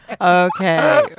okay